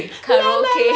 la~ la~ la~